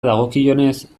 dagokionez